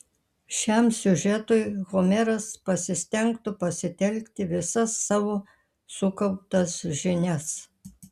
šiam siužetui homeras pasistengtų pasitelkti visas savo sukauptas žinias